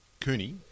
Cooney